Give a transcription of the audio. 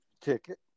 ticket